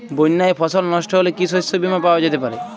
বন্যায় ফসল নস্ট হলে কি শস্য বীমা পাওয়া যেতে পারে?